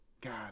God